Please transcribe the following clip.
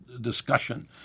discussion